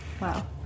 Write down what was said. wow